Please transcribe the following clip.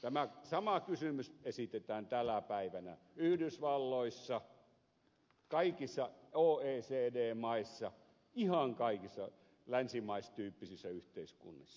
tämä sama kysymys esitetään tänä päivänä yhdysvalloissa kaikissa oecd maissa ihan kaikissa länsimaistyyppisissä yhteiskunnissa